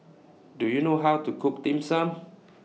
Do YOU know How to Cook Dim Sum